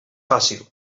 fàcil